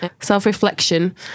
Self-reflection